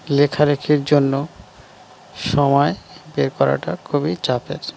লেখলেখির জন্য সময় বের করাটা খুবই চাপের